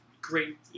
Great